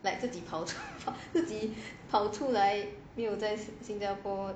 like 自己 自己跑出来没有在新加坡